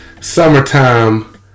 summertime